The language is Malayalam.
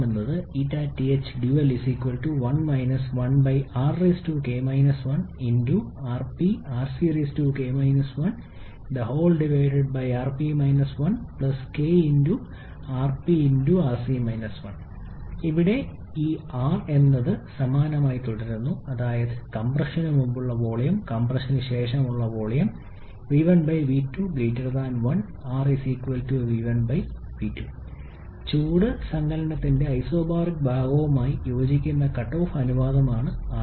ഇത് ഇങ്ങനെയായിരിക്കും ഇവിടെ ഈ r സമാനമായി തുടരുന്നു അതായത് കംപ്രഷന് മുമ്പുള്ള വോളിയം കംപ്രഷന് ശേഷമുള്ള വോളിയം v1 v2 1 𝑟 𝑣1 𝑣2 ചൂട് സങ്കലനത്തിന്റെ ഐസോബറിക് ഭാഗവുമായി യോജിക്കുന്ന കട്ട് ഓഫ് അനുപാതമാണ് rc